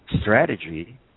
strategy